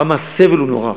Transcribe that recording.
כמה הסבל הוא נורא,